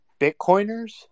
Bitcoiners